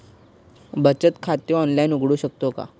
बचत खाते ऑनलाइन उघडू शकतो का?